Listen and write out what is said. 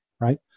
right